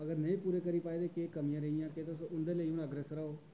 अगर नेईं पूरे करी पाए ते केह् कमियां रेहियां ते तुस उन्दे लेई हून अग्रसर ऐ ओ